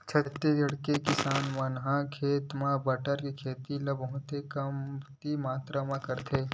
छत्तीसगढ़ के किसान मन ह अपन खेत म बटरा के खेती ल बहुते कमती मातरा म करथे